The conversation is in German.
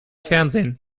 fernsehen